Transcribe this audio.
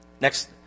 Next